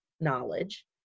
knowledge